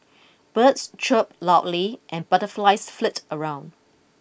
birds chirp loudly and butterflies flit around